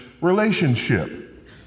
relationship